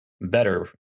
better